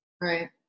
Right